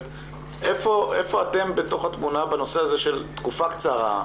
איפה אתם בתוך התמונה בנושא הזה של תקופה קצרה,